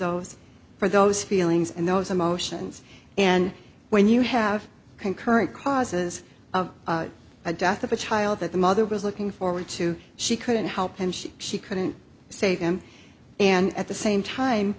those for those feelings and those emotions and when you have concurrent causes of a death of a child that the mother was looking forward to she couldn't help and she she couldn't save him and at the same time